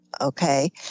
Okay